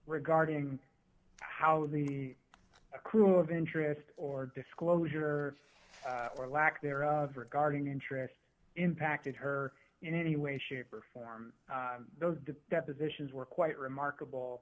regarding how the crew of interest or disclosure or lack thereof regarding interests impacted her in any way shape or form those depositions were quite remarkable